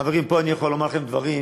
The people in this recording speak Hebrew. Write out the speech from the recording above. חברים, פה אני יכול לומר לכם דברים,